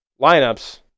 lineups